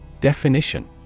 Definition